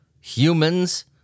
Humans